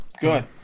Good